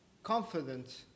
confident